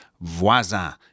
Voisin